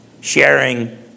sharing